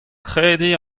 krediñ